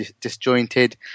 disjointed